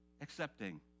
accepting